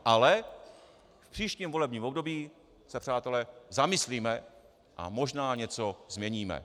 Ale v příštím volebním období se, přátelé, zamyslíme a možná něco změníme...